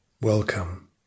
Welcome